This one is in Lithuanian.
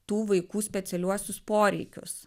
tų vaikų specialiuosius poreikius